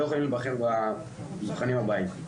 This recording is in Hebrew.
לא יכולים להיבחן במבחנים הבאים.